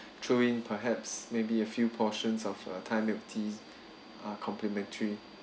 throw in perhaps maybe a few portions of uh thai milk teas uh complimentary